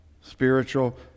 spiritual